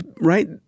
right